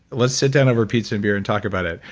let's sit down over pizza and beer and talk about it.